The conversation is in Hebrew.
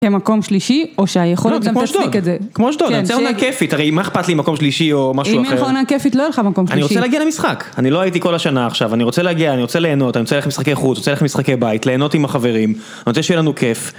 מקום שלישי או שאתה עם יכולת להצדיק את זה. כמו שטוד. אני רוצה עונה כיפית, מה אכפת לי מקום שלישי או משהו אחר? אם יהיה לך עונה כייפית לא יהיה לך מקום שלישי. אני רוצה להגיע למשחק, אני לא הייתי כל השנה עכשיו. אני רוצה להגיע, אני רוצה להנות. אני רוצה להגיע למשחקי חוץ, רוצה ללכת במשחקי בית, להנות עם החברים, אני רוצה שיהיה לנו כיף.